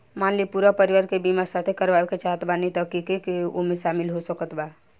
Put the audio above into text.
मान ली पूरा परिवार के बीमाँ साथे करवाए के चाहत बानी त के के ओमे शामिल हो सकत बा?